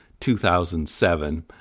2007